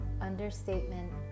Understatement